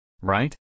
Right